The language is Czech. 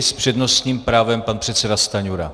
S přednostním právem pan předseda Stanjura.